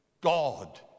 God